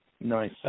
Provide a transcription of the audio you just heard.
Nice